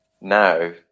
now